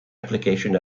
applications